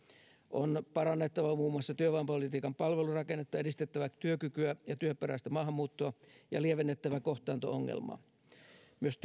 on parannettava muun muassa työvoimapolitiikan palvelurakennetta edistettävä työkykyä ja työperäistä maahanmuuttoa ja lievennettävä kohtaanto ongelmaa myös